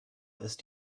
ist